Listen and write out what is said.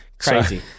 Crazy